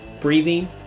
breathing